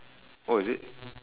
oh is it